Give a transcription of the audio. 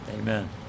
Amen